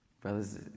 Brothers